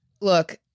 look